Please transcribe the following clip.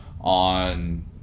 on